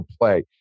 play